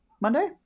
Monday